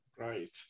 Right